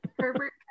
Herbert